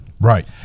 right